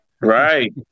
Right